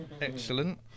Excellent